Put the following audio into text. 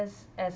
computers as